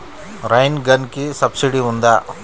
Rain గన్కి subsidy ఉందా?